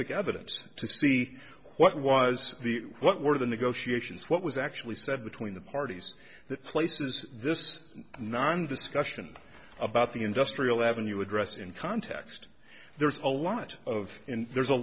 of evidence to see what was the what were the negotiations what was actually said between the parties that places this non discussion about the industrial avenue address in context there's a lot of there's a